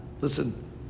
listen